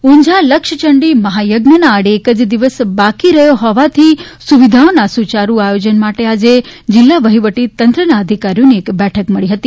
બેઠક ઉંઝા લક્ષચંડી મહાયજ્ઞના આડે એક જ દિવસ બાકી રહ્યો હોવાથી સુવિધાઓના સુચારૂ આયોજન માટે આજે જીલ્લા વહીવટીતંત્ર ના અધિકારીઓની એક બેઠક મળી હતી